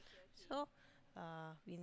so uh we